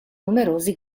numerosi